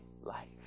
life